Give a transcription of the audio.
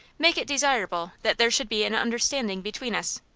make it desirable that there should be an understanding between us.